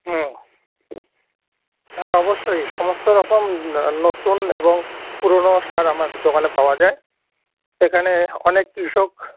হুম হ্যাঁ অবশ্যই সমস্ত রকম নতুন এবং পুরনো সার আমার দোকানে পাওয়া যায় এখানে অনেক কৃষক